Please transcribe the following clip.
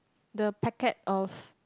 tbe packet of